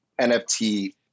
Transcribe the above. nft